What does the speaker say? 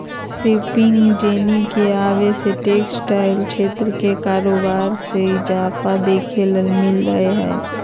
spinning jenny के आवे से टेक्सटाइल क्षेत्र के कारोबार मे इजाफा देखे ल मिल लय हें